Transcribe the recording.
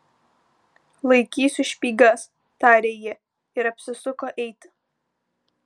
laikysiu špygas tarė ji ir apsisuko eiti